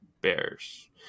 Bears